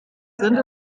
sind